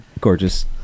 gorgeous